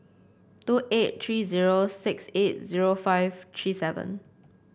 two eight three zero six eight zero five three seven